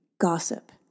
gossip